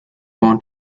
born